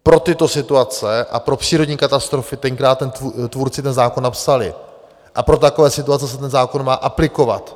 Pro tyto situace a pro přírodní katastrofy tenkrát tvůrci ten zákon napsali a pro takové situace se ten zákon má aplikovat.